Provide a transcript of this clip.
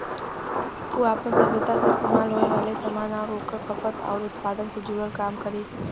उ आपन सभ्यता मे इस्तेमाल होये वाले सामान आउर ओकर खपत आउर उत्पादन से जुड़ल काम करी